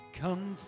come